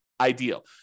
ideal